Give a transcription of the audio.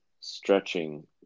stretching